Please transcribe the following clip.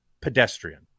pedestrian